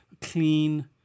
clean